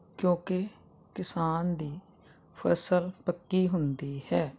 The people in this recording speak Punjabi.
ਕਿਉਂਕਿ ਕਿਸਾਨ ਦੀ ਫਸਲ ਪੱਕੀ ਹੁੰਦੀ ਹੈ